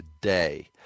today